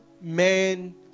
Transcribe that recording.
men